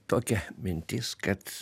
tokia mintis kad